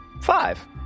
five